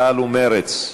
ומרצ,